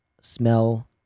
smell